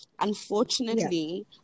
unfortunately